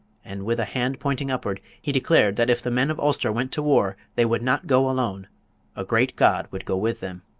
and with a hand pointing upward he declared that if the men of ulster went to war they would not go alone a great god would go with them.